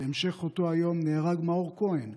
בהמשך אותו היום נהרג מאור כהן,